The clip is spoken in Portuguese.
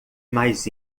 mais